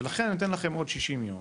ולכן, אני נותן לכם עוד 60 ימים,